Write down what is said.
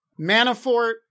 Manafort